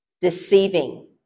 Deceiving